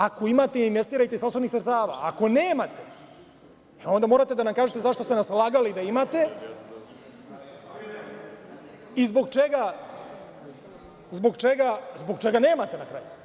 Ako imate investirajte iz sopstvenih sredstava, ako nemate, onda morate da nam kažete zašto ste nas lagali da imate i zbog čega nemate na kraju.